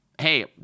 hey